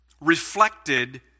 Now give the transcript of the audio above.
reflected